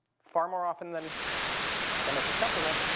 far more often than than is acceptable